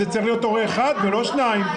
זה צריך להיות הורה אחד ולא שניים.